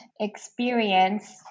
experience